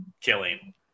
killing